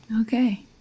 okay